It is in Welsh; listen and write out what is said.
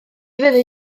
fyddi